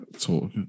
talk